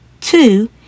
Two